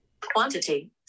Quantity